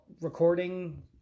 recording